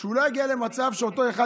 שהוא לא יגיע למצב שבו הוא